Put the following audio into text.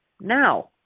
Now